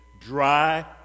dry